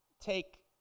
take